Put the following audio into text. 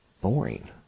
Boring